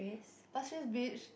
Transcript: Pasir Ris Beach